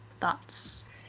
thoughts